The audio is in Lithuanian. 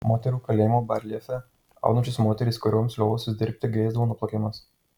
moterų kalėjimo bareljefe audžiančios moterys kurioms liovusis dirbti grėsdavo nuplakimas